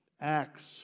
Acts